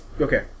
okay